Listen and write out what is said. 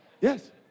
Yes